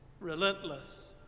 relentless